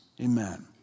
Amen